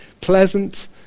pleasant